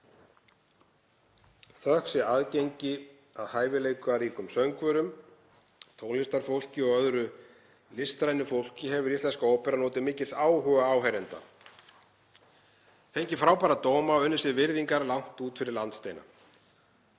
Þökk sé aðgengi að hæfileikaríkum söngvurum, tónlistarfólki og öðru listrænu fólki hefur Íslenska óperan notið mikils áhuga áheyrenda, fengið frábæra dóma og unnið sér virðingu langt út fyrir landsteina.